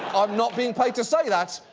not being paid to say that.